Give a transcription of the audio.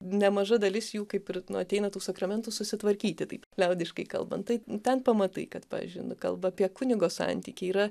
nemaža dalis jų kaip ir nu ateina tų sakramentų susitvarkyti taip liaudiškai kalbant tai ten pamatai kad pavyzdžiui nu kalba apie kunigo santykį yra